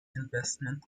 investment